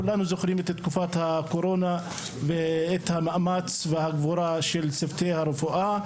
כולנו זוכרים את תקופת הקורונה ואת המאמץ והגבורה של צוותי הרפואה,